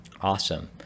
Awesome